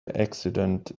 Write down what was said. accident